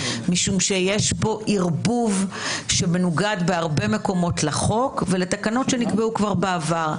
משום שיש פה ערבוב שמנוגד בהרבה מקומות לחוק ולתקנות שנקבעו כבר בעבר.